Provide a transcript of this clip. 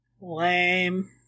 Lame